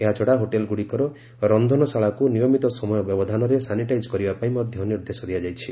ଏହାଛଡ଼ା ହୋଟେଲ୍ଗୁଡ଼ିକର ରକ୍ଷନଶାଳାକୁ ନିୟମିତ ସମୟ ବ୍ୟବଧାନରେ ସାନିଟାଇଜ୍ କରିବା ପାଇଁ ମଧ୍ୟ ନିର୍ଦ୍ଦେଶ ଦିଆଯାଇଛି